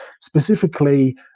specifically